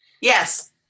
Yes